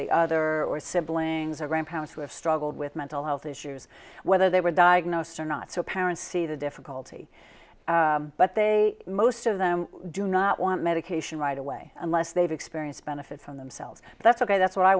the other or siblings or grandparents who have struggled with mental health issues whether they were diagnosed or not so parents see the difficulty but they most of them do not want medication right away unless they've experienced benefit from themselves that's ok that's what i